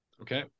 Okay